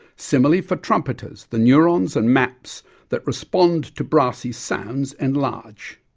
similarly for trumpeters the neurons and maps that respond to brassy sounds enlarge.